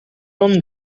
non